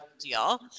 deal